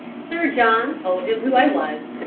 sir john told him who i was,